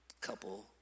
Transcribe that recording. couple